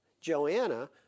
Joanna